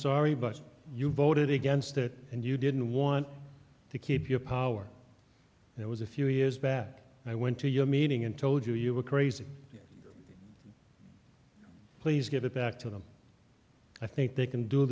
sorry but you voted against that and you didn't want to keep your power and it was a few years back i went to your meeting and told you you were crazy please give it back to them i think they can do